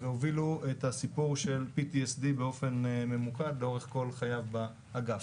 הובילו את הסיפור של PTSD באופן ממוקד לאורך כל חייו באגף.